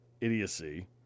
idiocy